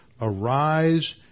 Arise